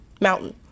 mountain